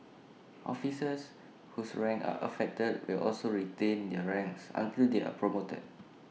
officers whose ranks are affected will also retain their ranks until they are promoted